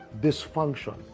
dysfunction